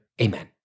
Amen